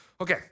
Okay